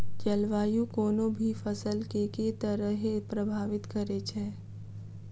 जलवायु कोनो भी फसल केँ के तरहे प्रभावित करै छै?